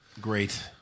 Great